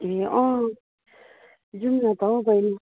ए अँ जाऊँ न त हौ बहिनी